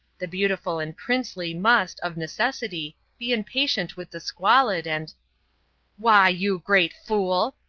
the beautiful and princely must, of necessity, be impatient with the squalid and why, you great fool!